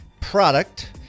product